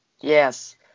Yes